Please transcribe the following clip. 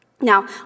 Now